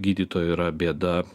gydytojų yra bėda